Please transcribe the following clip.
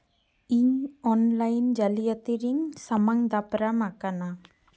ᱤᱧ ᱚᱱᱞᱟᱭᱤᱱ ᱡᱟᱹᱞᱤ ᱭᱟᱛᱤᱨᱤᱧ ᱥᱟᱢᱟᱝ ᱫᱟᱯᱨᱟᱢ ᱟᱠᱟᱱᱟ